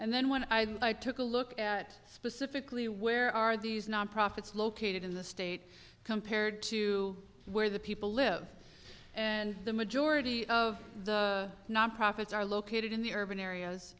and then when i i took a look at specifically where are these non profits located in the state compared to where the people live and the majority of the nonprofits are located in the urban